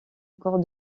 encore